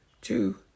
two